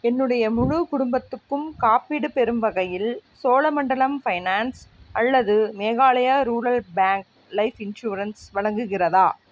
என்னுடைய முழு குடும்பத்துக்கும் காப்பீடு பெறும் வகையில் சோழமண்டலம் ஃபைனான்ஸ் அல்லது Meghalaya rural bank life insurance வழங்குகிறதா